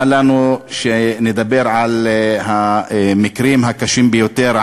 מה לנו שנדבר על המקרים הקשים ביותר,